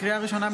לקריאה ראשונה,